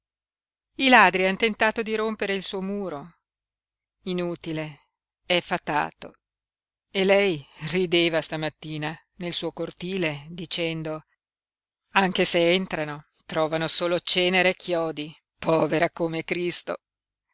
i ladri han tentato di rompere il suo muro inutile è fatato e lei rideva stamattina nel suo cortile dicendo anche se entrano trovano solo cenere e chiodi povera come cristo